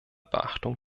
beachtung